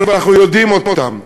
ואנחנו יודעים אותם,